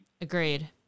agreed